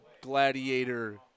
Gladiator